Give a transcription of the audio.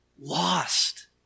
lost